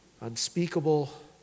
unspeakable